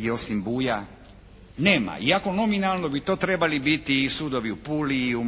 i osim Buja nema. Iako nominalno bi to trebali biti i sudovi u Pulći i u